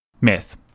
Myth